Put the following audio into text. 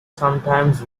sometimes